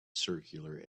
circular